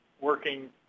working